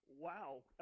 wow